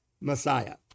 Messiah